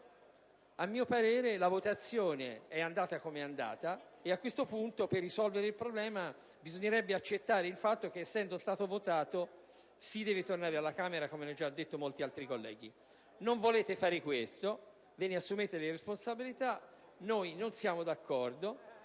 a mio parere la votazione è andata come sappiamo e a questo punto, per risolvere il problema, bisognerebbe accettare il fatto che, essendo stato votato, il provvedimento deve tornare all'esame della Camera come hanno già detto molti altri colleghi. Non volete farlo, quindi ve ne assumete la responsabilità; noi non siamo d'accordo